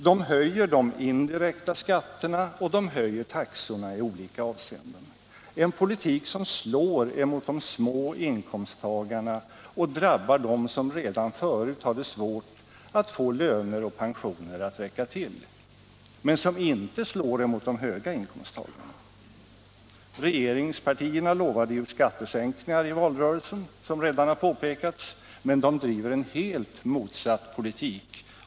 Man höjer de indirekta skatterna och man höjer taxorna i olika avseenden. Det är en politik som slår mot de små inkomsttagarna och drabbar dem som redan förut har det svårt att få löner och pensioner att räcka till, men som inte slår mot de höga inkomsttagarna. Regeringspartierna lovade skattesänkningar i valrörelsen, som redan har påpekats, men de driver en helt motsatt politik.